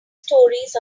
stories